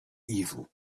evil